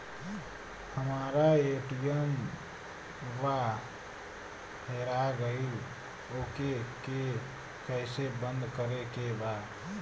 हमरा ए.टी.एम वा हेरा गइल ओ के के कैसे बंद करे के बा?